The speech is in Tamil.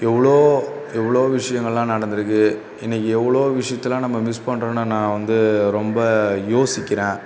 எவ்வளோ எவ்வளோ விஷயங்கள்லான் நடந்துருக்குது இன்றைக்கி எவ்வளோ விஷயத்தலான் நம்ப மிஸ் பண்ணுறோம்ன்னு நான் வந்து ரொம்ப யோசிக்கிறேன்